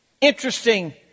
Interesting